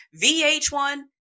VH1